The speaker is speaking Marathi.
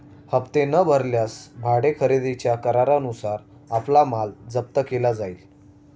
हप्ते न भरल्यास भाडे खरेदीच्या करारानुसार आपला माल जप्त केला जाईल